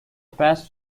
pass